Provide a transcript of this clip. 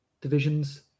divisions